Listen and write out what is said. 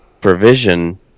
provision